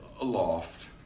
aloft